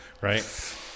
Right